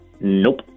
Nope